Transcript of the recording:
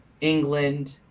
england